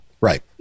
Right